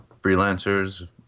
freelancers